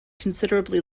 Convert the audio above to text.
considerably